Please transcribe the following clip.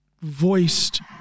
voiced